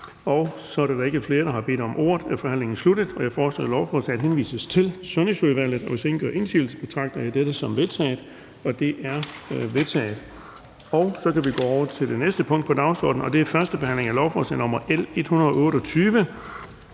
Da der ikke er flere, der har bedt om ordet, er forhandlingen sluttet. Jeg foreslår, at lovforslaget henvises til Sundhedsudvalget. Hvis ingen gør indsigelse, betragter jeg dette som vedtaget. Det er vedtaget. --- Det sidste punkt på dagsordenen er: 19) 1. behandling af lovforslag nr. L 128: